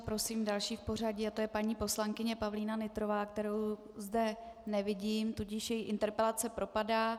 Prosím další v pořadí a to je paní poslankyně Pavlína Nytrová kterou zde nevidím, tudíž její interpelace propadá.